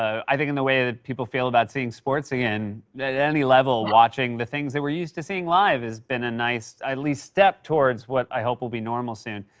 i think in the way that people feel about seeing sports again. that at any level watching the things that we're used to seeing live has been a nice at least step towards what i hope will be normal soon.